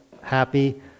happy